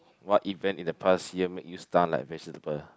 what event in the past year make you stun like vegetable